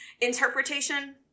Interpretation